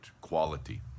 quality